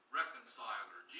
reconciler